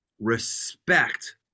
respect